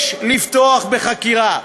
יש לפתוח בחקירה.